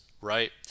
right